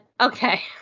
okay